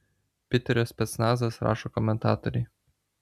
piterio specnazas rašo komentatoriai